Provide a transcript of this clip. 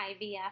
IVF